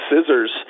scissors